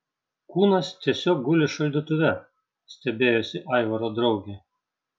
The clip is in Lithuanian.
kūnas tiesiog guli šaldytuve stebėjosi aivaro draugė